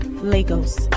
Lagos